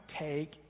take